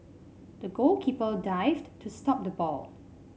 the goalkeeper dived to stop the ball